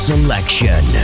Selection